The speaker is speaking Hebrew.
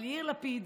אבל יאיר לפיד,